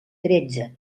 tretze